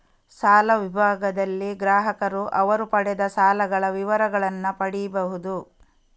ಸಾಲ ವಿಭಾಗದಲ್ಲಿ ಗ್ರಾಹಕರು ಅವರು ಪಡೆದ ಸಾಲಗಳ ವಿವರಗಳನ್ನ ಪಡೀಬಹುದು